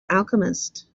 alchemist